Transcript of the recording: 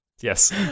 Yes